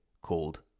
called